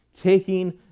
taking